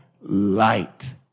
light